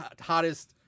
hottest